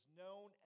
known